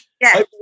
Yes